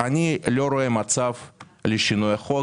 לא רואה מצב לשינוי החוק,